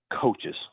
coaches